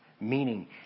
Meaning